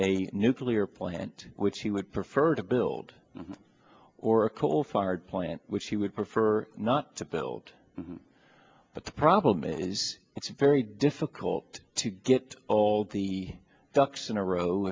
a nuclear plant which he would prefer to build or a coal fired plant which he would prefer not to build but the problem is it's very difficult to get all the ducks in a row